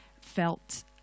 felt